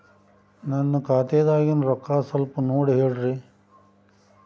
ನನ್ನ ಖಾತೆದಾಗಿನ ರೊಕ್ಕ ಸ್ವಲ್ಪ ನೋಡಿ ಹೇಳ್ರಿ